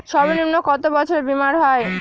সর্বনিম্ন কত বছরের বীমার হয়?